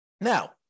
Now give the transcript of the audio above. Now